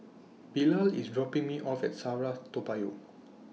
Bilal IS dropping Me off At SAFRA Toa Payoh